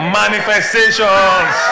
manifestations